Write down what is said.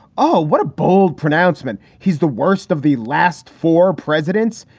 oh, what a bold pronouncement. he's the worst of the last four presidents,